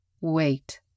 Wait